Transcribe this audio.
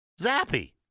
Zappy